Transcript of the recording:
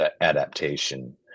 adaptation